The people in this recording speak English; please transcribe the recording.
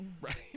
Right